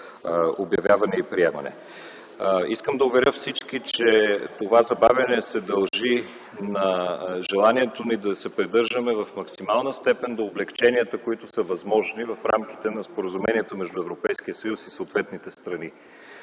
обявяване и приемане. Искам да уверя всички, че това забавяне се дължи на желанието ни да се придържаме в максимална степен до облекченията, които са възможни в рамките на споразуменията между Европейския съюз и съответните страни.